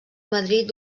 madrid